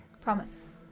Promise